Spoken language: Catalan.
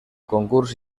concurs